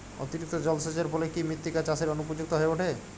অতিরিক্ত জলসেচের ফলে কি মৃত্তিকা চাষের অনুপযুক্ত হয়ে ওঠে?